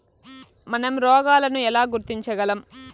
మనం రోగాలను ఎలా గుర్తించగలం?